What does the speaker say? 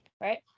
right